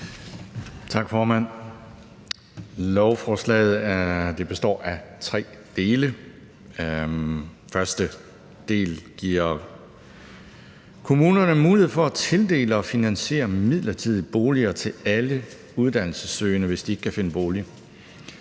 Tak, formand. Lovforslaget består af tre dele. Første del giver kommunerne mulighed for at tildele og finansiere midlertidige boliger til alle uddannelsessøgende, hvis de ikke kan finde bolig.